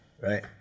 right